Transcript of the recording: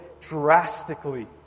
drastically